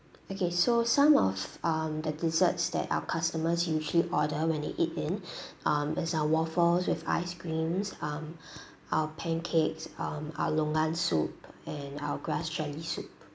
okay so some of um the desserts that our customers usually order when they eat in um is our waffles with ice creams um our pancakes um our longan soup and our grass jelly soup